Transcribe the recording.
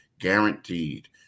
guaranteed